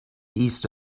east